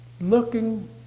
looking